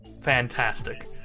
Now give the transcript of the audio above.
fantastic